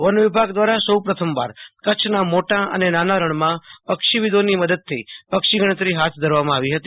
one વિભાગ દ્રારા સૌ પ્રથમવાર કચ્છના મોટા અને નાના રણમાં પક્ષીવિદોની મદદથી પક્ષી ગણતરી હાથ ધરવામાં આવી હતી